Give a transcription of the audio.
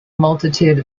multitude